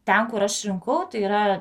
ten kur aš rinkau tai yra